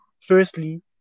firstly